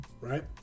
right